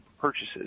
purchases